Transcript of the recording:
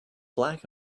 black